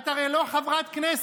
את הרי לא חברת כנסת.